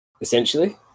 essentially